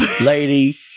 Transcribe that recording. lady